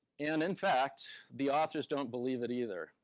and, in fact, the authors don't believe it either.